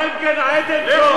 אתם, יש לכם גן-עדן פה.